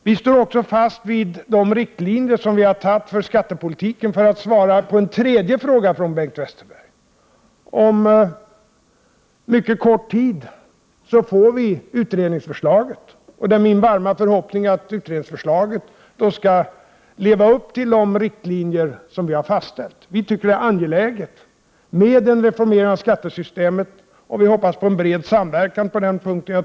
För att svara på en tredje fråga från Bengt Westerberg, står regeringen också fast vid de riktlinjer för skattepolitiken som vi fattat beslut om. Inom en mycket kort tid får vi utredningsförslaget, och det är min varma förhoppning att det skall leva upp till de riktlinjer som vi har fastställt. Regeringen anser det angeläget med en reformering av skattesystemet, och vi hoppas på en bred samverkan på den punkten.